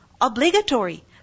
Obligatory